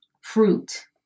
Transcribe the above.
fruit